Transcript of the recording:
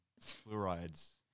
fluorides